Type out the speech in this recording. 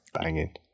banging